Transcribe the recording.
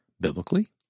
biblically